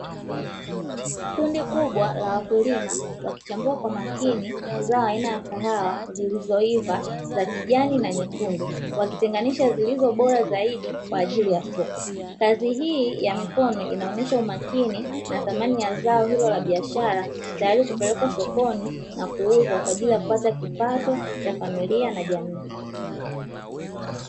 Kundi kubwa la wakulima wakichambua kwa makini zao aina ya kahawa zilizoiva za kijani na nyekundu, wakitenganisha zilizo bora zaidi kwa ajili ya soko. Kazi hii ya mikono inaonyesha umakini na thamani ya zao hilo la biashara tayari kupelekwa sokoni na kuuzwa, kwa ajili ya kupata kipato cha familia na jamii.